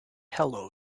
hello